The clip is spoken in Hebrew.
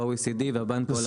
ה-OECD והבנק העולמי.